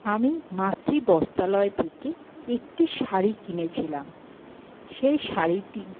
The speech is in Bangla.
আমি মাতৃ বস্তালয় থেকে একটি শাড়ি কিনেছিলাম সেই শাড়িটি